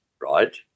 right